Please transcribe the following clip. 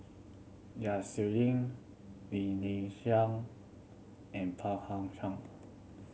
Yap Su Yin Lim Nee Siang and